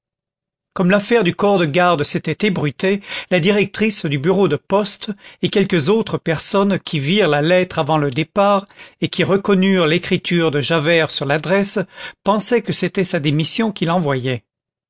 comme l'affaire du corps de garde s'était ébruitée la directrice du bureau de poste et quelques autres personnes qui virent la lettre avant le départ et qui reconnurent l'écriture de javert sur l'adresse pensèrent que c'était sa démission qu'il envoyait